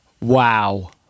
Wow